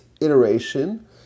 iteration